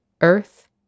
Earth